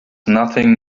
nothing